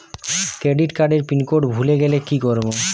Credit কার্ডের pin code ভুলে গেলে কি করব?